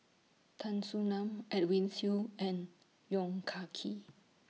Tan Soo NAN Edwin Siew and Yong Ka Kee